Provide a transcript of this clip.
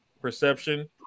Perception